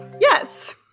Yes